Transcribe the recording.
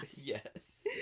yes